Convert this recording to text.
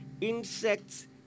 insects